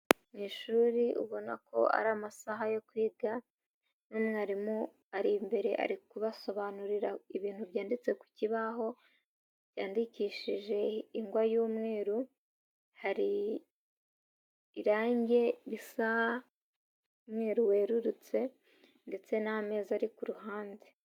Mu ishuri ubona ko ari amasaha yo kwiga n'umwarimu ari imbere ari kubasobanurira ibintu byanditse ku kibaho, byandikishije ingwa y'umweru, hari irange risa umweru werurutse ndetse n'ameza ari ku ruhande.